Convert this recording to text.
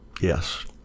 yes